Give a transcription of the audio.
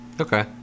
Okay